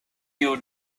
you